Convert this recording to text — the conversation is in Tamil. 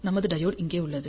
நமது டையோடு இங்கே உள்ளது